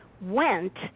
went